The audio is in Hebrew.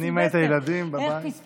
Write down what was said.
אני הייתי עם הילדים בבית,